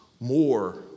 more